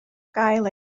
gael